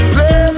Play